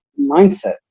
mindset